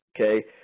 okay